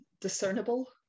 discernible